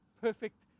perfect